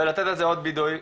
ולתת לזה עוד ביטוי,